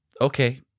okay